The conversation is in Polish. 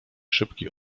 szybki